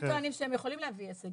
הם טוענים שהם יכולים להביא הישג.